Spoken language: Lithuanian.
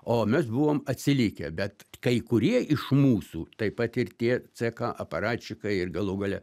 o mes buvome atsilikę bet kai kurie iš mūsų taip pat ir tie ck aparačikai ir galų gale